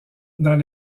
dans